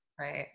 Right